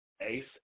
Ace